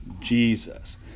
Jesus